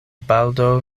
baldaŭ